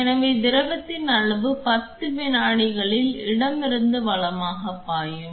எனவே திரவத்தின் அளவு 10 வினாடிகளில் இடமிருந்து வலமாகப் பாயும்